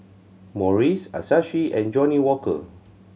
Morries Asahi and Johnnie Walker